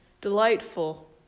delightful